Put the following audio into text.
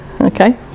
Okay